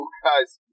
guys